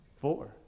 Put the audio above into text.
Four